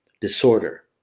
disorder